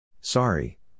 Sorry